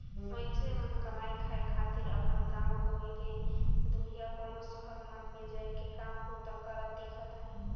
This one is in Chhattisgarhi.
मइनसे मन कमाए खाए खातिर अपन गाँव गंवई ले दुरिहां कोनो सहर मन में जाए के काम बूता करत दिखत अहें